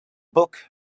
book